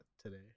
today